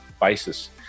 basis